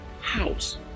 house